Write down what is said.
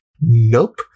Nope